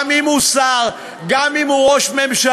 גם אם הוא שר, גם אם הוא ראש ממשלה,